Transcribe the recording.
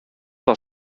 dans